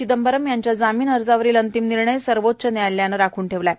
चिदंबरम् यांच्या जामीन अर्जावरील अंतिम निर्णय सर्वोच्च न्यायालयानं राखून ठेवला आहे